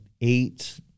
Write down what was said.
eight